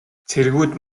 цэргүүд